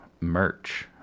merch